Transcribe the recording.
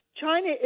China